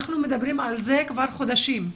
אנחנו מדברים על זה כבר חודשים.